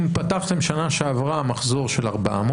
פתחתם בשנה שעברה מחזור של 400,